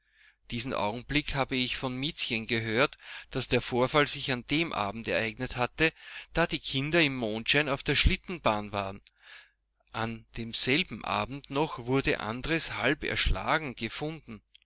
diesen augenblick habe ich von miezchen gehört daß der vorfall sich an dem abend ereignet hatte da die kinder im mondschein auf der schlittbahn waren an demselben abend noch wurde andres halb erschlagen gefunden